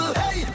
hey